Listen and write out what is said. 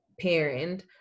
parent